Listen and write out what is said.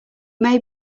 may